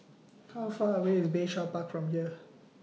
How Far away IS Bayshore Park from here